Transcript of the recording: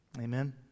Amen